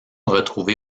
retrouvée